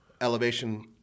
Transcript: elevation